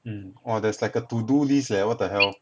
mm orh there's like a to do list leh what the hell